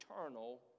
eternal